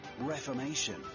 reformation